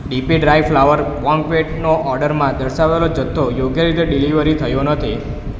DP dry flower બોન્ક્વેટનો ઓડરમાં દર્શાવેલો જથ્થો યોગ્ય રીતે ડીલિવર થયો નથી